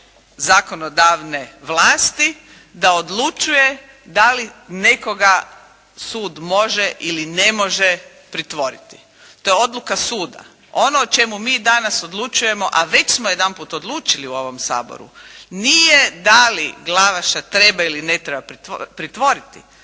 zakonodavne vlasti da odlučuje da li nekoga sud može ili ne može pritvoriti. To je odluka suda. Ono o čemu mi danas odlučujemo, a već smo jedanput odlučili u ovom Saboru nije da li Glavaša treba ili ne treba pritvoriti.